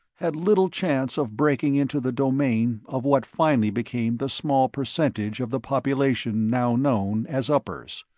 had little chance of breaking into the domain of what finally became the small percentage of the population now known as uppers.